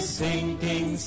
sinking